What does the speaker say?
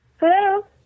hello